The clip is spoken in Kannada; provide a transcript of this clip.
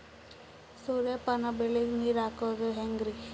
ಸೂರ್ಯಪಾನ ಬೆಳಿಗ ನೀರ್ ಹಾಕೋದ ಹೆಂಗರಿ?